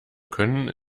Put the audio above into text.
können